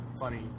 funny